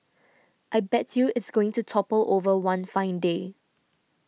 I bet you it's going to topple over one fine day